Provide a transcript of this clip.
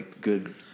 good